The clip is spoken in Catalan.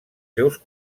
seus